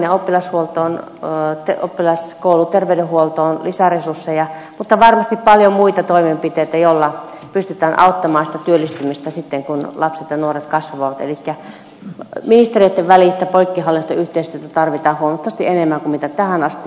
me tarvitsemme sinne oppilas koulu ja terveydenhuoltoon lisäresursseja mutta varmasti tarvitaan paljon muita toimenpiteitä joilla pystytään auttamaan sitä työllistymistä sitten kun lapset ja nuoret kasvavat elikkä ministeriöitten välistä poikkihallinnollista yhteistyötä tarvitaan huomattavasti enemmän kuin tähän asti